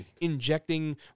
injecting